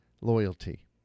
loyalty